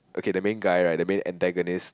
okay the main guy right the main antagonist